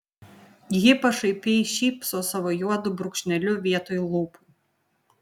ji pašaipiai šypso savo juodu brūkšneliu vietoj lūpų